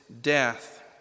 death